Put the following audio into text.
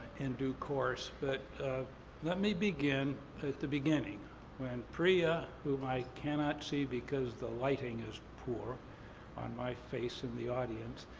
in due course. but let me begin the beginning when pria, whom i cannot see because the lighting is poor on my face in the audience,